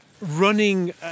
running